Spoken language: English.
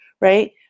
right